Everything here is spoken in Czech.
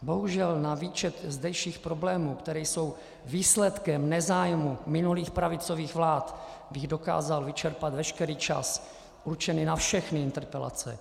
Bohužel na výčet zdejších problémů, které jsou výsledkem nezájmu minulých pravicových vlád, bych dokázal vyčerpat veškerý čas určený na všechny interpelace.